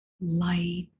light